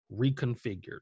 reconfigured